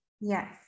Yes